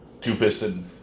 two-piston